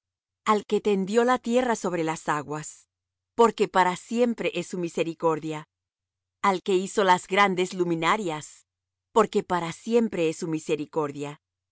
al que tendió la tierra sobre las aguas porque para siempre es su misericordia al que hizo las grandes luminarias porque para siempre es su misericordia